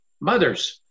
Mothers